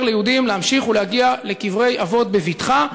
ליהודים להמשיך ולהגיע לקברי אבות בבטחה,